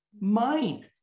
mind